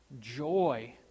joy